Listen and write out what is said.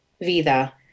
Vida